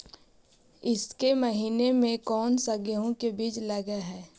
ईसके महीने मे कोन सा गेहूं के बीज लगे है?